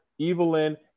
Evelyn